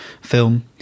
film